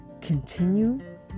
continue